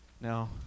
Now